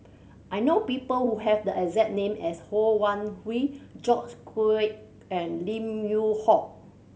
I know people who have the exact name as Ho Wan Hui George Quek and Lim Yew Hock